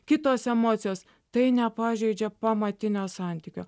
kitos emocijos tai nepažeidžia pamatinio santykio